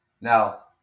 Now